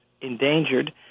endangered